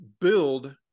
build